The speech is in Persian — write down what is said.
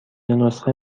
نسخه